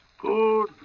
good